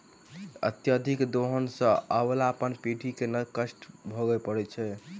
अत्यधिक दोहन सँ आबअबला पीढ़ी के कष्ट भोगय पड़तै